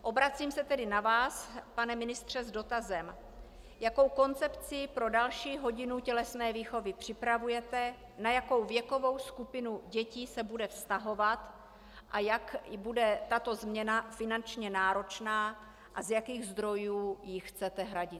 Obracím se tedy na vás, pane ministře, s dotazem: Jakou koncepci pro další hodinu tělesné výchovy připravujete, na jakou věkovou skupinu dětí se bude vztahovat a jak bude tato změna finančně náročná a z jakých zdrojů ji chcete hradit?